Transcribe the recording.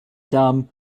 dumb